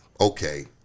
okay